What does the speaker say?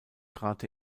trat